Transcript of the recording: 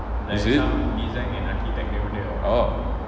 is it